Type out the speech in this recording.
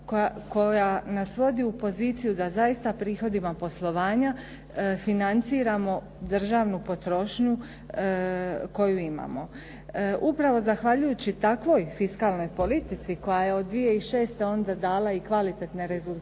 koja nas vodi u poziciju da zaista prihvatimo poslovanja, financiramo državnu potrošnju koju imamo. Upravo zahvaljujući takvoj fiskalnoj politici koja je od 2006. onda dala i kvalitetne rezultate